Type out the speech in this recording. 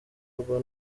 ubwo